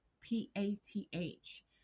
P-A-T-H